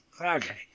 okay